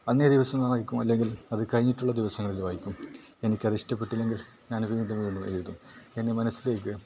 അന്നേ ദിവസം വായിക്കും അല്ലെങ്കിൽ അതു കഴിഞ്ഞിട്ടുള്ള ദിവസങ്ങളിൽ വായിക്കും എനിക്കതിഷ്ടപ്പെട്ടില്ലെങ്കിൽ ഞാനത് വീണ്ടും വീണ്ടും എഴുതും എൻ്റെ മനസ്സിലെഴുതിയ